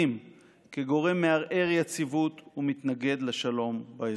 כגורם מערער יציבות ומתנגד לשלום באזור.